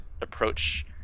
approach